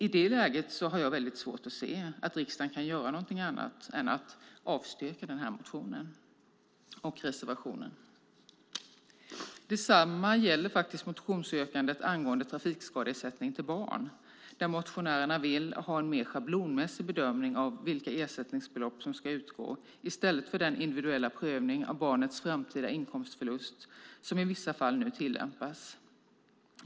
I det läget har jag väldigt svårt att se att riksdagen kan göra någonting annat än att avstyrka motionen och reservationen. Detsamma gäller motionsyrkandet angående trafikskadeersättning till barn, där motionärerna vill ha en mer schablonmässig bedömning av vilka ersättningsbelopp som ska utgå i stället för den individuella prövning av barnets framtida inkomstförlust som i vissa fall nu tillämpas.